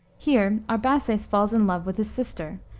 here arbaces falls in love with his sister,